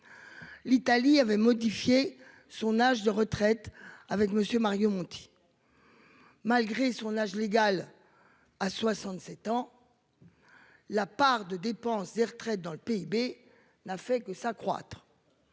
L'Italie avait modifié son âge de retraite avec monsieur Mario Monti. Malgré son âge légal à 67 ans. La part de dépenses des retraites dans le PIB n'a fait que s'accroître.